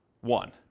one